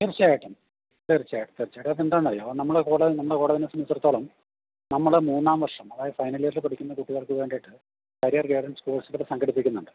തീർച്ചയായിട്ടും തീർച്ചയായി തീർച്ചയായിട്ടും അതെന്താന്ന് അറിയാമോ നമ്മൾ കോളേജ് നമ്മൾ കോളേജിനെ സംബന്ധിച്ചെടുത്തോളം നമ്മൾ മൂന്നാം വർഷം അതായത് ഫൈനൽ ഇയറിൽ പഠിക്കുന്ന കുട്ടികൾക്ക് വേണ്ടിയിട്ട് കരിയർ ഗൈഡൻസ് കോഴ്സുകൾ സംഘടിപ്പിക്കുന്നുണ്ട്